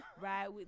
Right